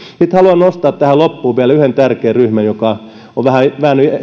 sitten haluan nostaa tähän loppuun vielä yhden tärkeän ryhmän joka on